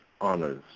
Honors